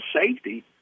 safety